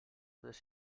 this